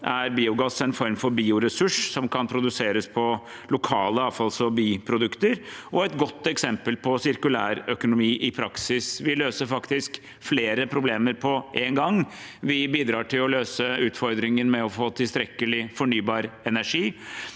biogass en form for bioressurs som kan produseres på lokale avfalls- og biprodukter, og er et godt eksempel på sirkulærøkonomi i praksis. Vi løser faktisk flere problemer på en gang. Vi bidrar til å løse utfordringen med å få tilstrekkelig fornybar energi,